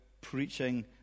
preaching